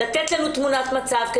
לתת לנו תמונת מצב,